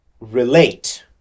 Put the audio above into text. relate